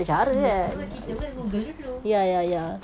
betul kita pun Google dulu